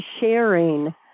sharing